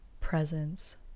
presence